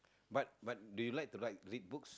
but but they like to write read books